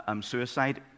suicide